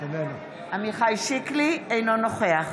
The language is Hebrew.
אינו נוכח מיכל שיר סגמן, אינה נוכחת